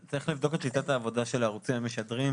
צריך לבדוק את שיטת העבודה של הערוצים המשדרים,